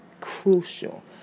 Crucial